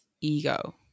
ego